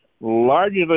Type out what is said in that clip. largely